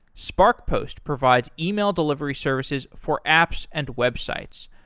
sparkpost provides email delivery services for apps and websites.